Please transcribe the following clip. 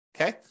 okay